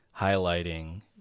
highlighting